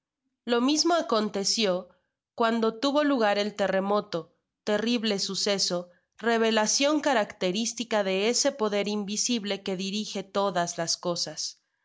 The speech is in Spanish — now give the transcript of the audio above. lo mismo aconteció cuando tuvo lugar el terremoto terrible suceso revelacion garacteristica de ese poder invisible que dirige todas las cosas